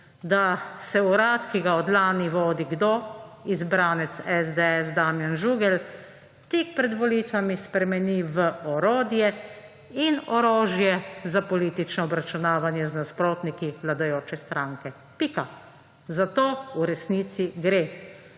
da se Urad, ki ga od lani vodi – kdo? – izbranec SDS Damjan Žugelj tik pred volitvami spremeni v orodje in orožje za politično obračunavanje z nasprotniki vladajoče stranke. Pika. Za to v resnici gre.